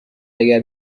اگر